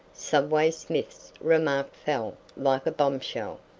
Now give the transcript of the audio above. subway smith's remark fell like a bombshell.